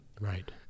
Right